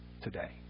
today